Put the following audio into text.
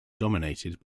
dominated